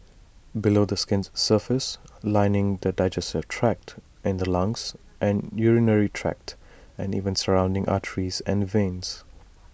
below the skin's surface lining the digestive tract in the lungs and urinary tract and even surrounding arteries and veins